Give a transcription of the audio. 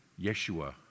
Yeshua